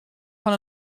fan